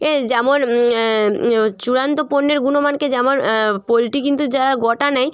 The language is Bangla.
এ যেমন চূড়ান্ত পণ্যের গুণমানকে যেমন পোল্ট্রি কিন্তু যারা গোটা নেয়